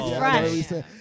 fresh